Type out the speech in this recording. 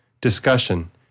discussion